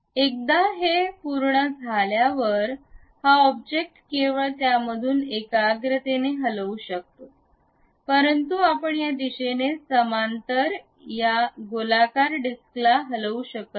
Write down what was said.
एकदा हे पूर्ण केल्यावर हा ऑब्जेक्ट केवळ त्यामधूनच एकाग्रतेने हलवू शकतो परंतु आपण या दिशेने समांतर या गोलाकार डिस्कला हलवू शकत नाही